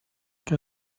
que